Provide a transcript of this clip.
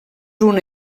una